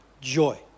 joy